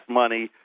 money